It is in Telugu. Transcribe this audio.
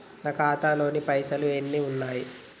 నా ఖాతాలో పైసలు ఎన్ని ఉన్నాయి?